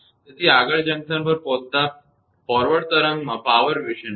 તેથી આગળ જંકશન પર પહોંચતા ફોરવર્ડ તરંગમાં પાવર વિશેનું છે